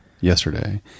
yesterday